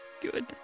Good